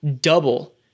double